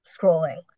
scrolling